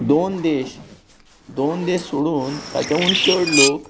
दोन देश दोन देश सोडून ताच्याहून चड लोक